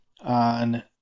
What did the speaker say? on